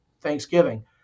thanksgiving